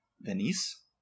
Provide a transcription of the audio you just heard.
Venice